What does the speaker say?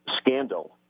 scandal—